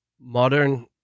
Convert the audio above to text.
modern